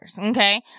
Okay